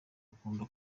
akunda